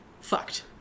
Fucked